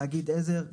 תאגיד עזר,